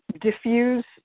diffuse